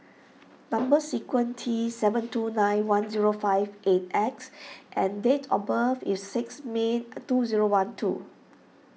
number T seven two nine one zero five eight X and date of birth is six May two zero one two